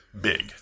Big